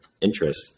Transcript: interest